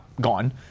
Gone